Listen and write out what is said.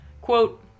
Quote